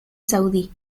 saudí